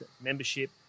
membership